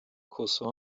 cousin